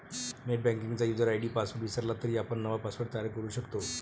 नेटबँकिंगचा user ID password विसरला तरी आपण नवा पासवर्ड तयार करू शकतो